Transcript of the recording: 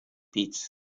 pit